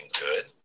good